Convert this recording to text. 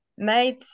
made